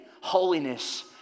holiness